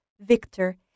victor